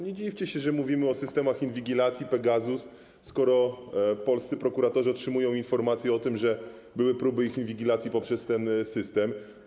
Nie dziwcie się, że mówimy o systemach inwigilacji Pegasus, skoro polscy prokuratorzy otrzymują informacje, że były próby ich inwigilacji poprzez ten system.